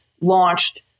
launched